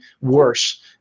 worse